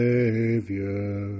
Savior